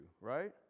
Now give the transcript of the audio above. right